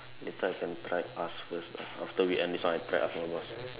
later I can try ask first lah after we end this one I try asking my boss